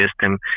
system